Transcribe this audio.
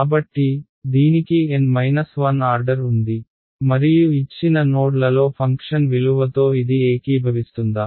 కాబట్టి దీనికి N 1 order ఉంది మరియు ఇచ్చిన నోడ్లలో ఫంక్షన్ విలువతో ఇది ఏకీభవిస్తుందా